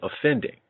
offending